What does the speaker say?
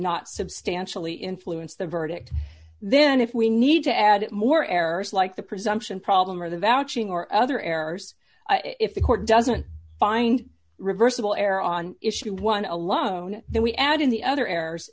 not substantially influence the verdict then if we need to add more errors like the presumption problem or the vouching or other errors if the court doesn't find reversible error on issue one alone then we add in the other errors